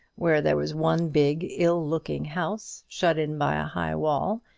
where there was one big, ill-looking house, shut in by a high wall,